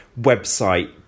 website